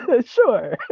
Sure